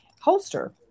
holster